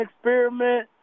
experiment